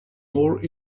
more